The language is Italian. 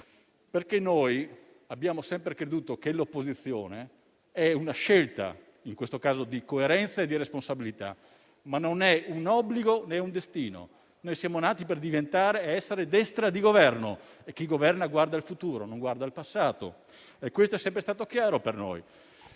anni fa. Abbiamo sempre creduto che l'opposizione sia una scelta, in questo caso di coerenza e di responsabilità, ma non un obbligo, né un destino. Siamo nati per diventare ed essere Destra di Governo e chi governa guarda il futuro, non il passato. Questo è sempre stato chiaro per noi,